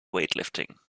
weightlifting